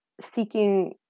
seeking